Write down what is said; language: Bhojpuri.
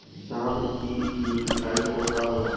साहब इ यू.पी.आई कोड का होला?